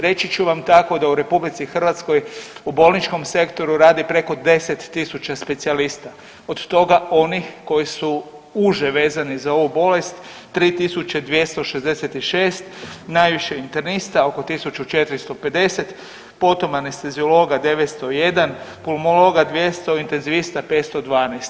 Reći ću vam tako da u RH u bolničkom sektoru radi preko 10.000 specijalista, od toga onih koji su uže vezani za ovu bolest 3.266, najviše internista oko 1.450, potom anesteziologa 901, pulmologa 200, intenzivista 512.